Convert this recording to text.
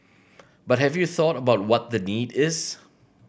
but have you thought about what the need is